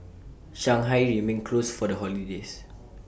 Shanghai remained closed for the holidays